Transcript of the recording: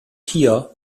hier